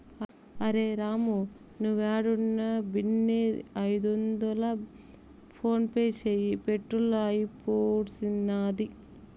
అరె రామూ, నీవేడున్నా బిన్నే ఐదొందలు ఫోన్పే చేయి, పెట్రోలు అయిపూడ్సినాది